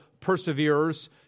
perseverers